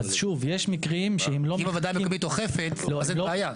אז שוב יש מקרים --- אם הוועדה המקומית אוכפת אז אין בעיה.